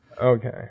Okay